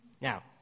Now